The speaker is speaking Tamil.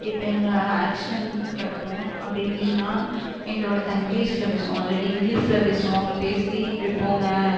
இப்போ எங்கள் ஆக்ஷன் காட்டுவோம் அப்படி இல்லைனா எங்களோடய தங்கிலிஷில் பேசுவோம் இல்லாட்டி இங்கிலிஷில் பேசுவோம் அவங்க பேசி இப்படி போங்க